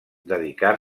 dedicar